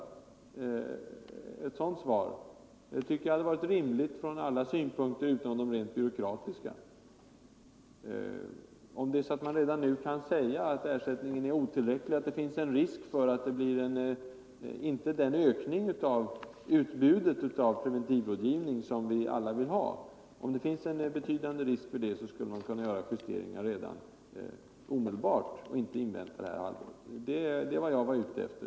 Nr 138 Ett sådant svar tycker jag hade varit rimligt från alla synpunkter utom Måndagen den de rent byråkratiska. Om man redan nu kan säga att ersättningen är 9 december 1974 otillräcklig och att det finns en betydande risk för att det inte blirden I ökning av utbudet av preventivrådgivning som vi alla vill ha, borde Ang. vissa följder av justeringar kunna göras omedelbart i stället för att vi skall vänta ett — de nya ersättningshalvår. — Ett sådant svar på den frågan är vad jag var ute efter.